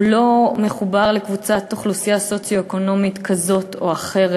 הוא לא מחובר לקבוצת אוכלוסייה סוציו-אקונומית כזאת או אחרת.